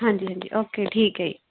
ਹਾਂਜੀ ਹਾਂਜੀ ਓਕੇ ਠੀਕ ਹੈ